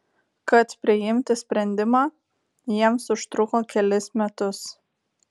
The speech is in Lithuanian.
kad priimti sprendimą jiems užtruko kelis metus